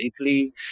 Italy